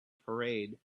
parade